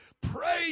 pray